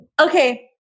Okay